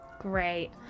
Great